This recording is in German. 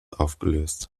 aufgelöst